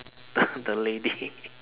the lady